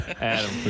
Adam